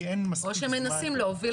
כי אין מספיק זמן --- או שמנסים להוביל